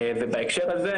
ובהקשר הזה,